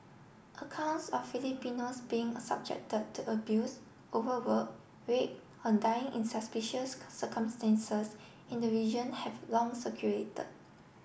accounts of Filipinos being subject to abuse overwork rape or dying in suspicious circumstances in the region have long circulated